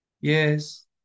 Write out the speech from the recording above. yes